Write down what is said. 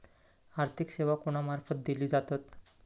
आर्थिक सेवा कोणा मार्फत दिले जातत?